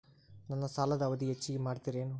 ನನ್ನ ಸಾಲದ ಅವಧಿ ಹೆಚ್ಚಿಗೆ ಮಾಡ್ತಿರೇನು?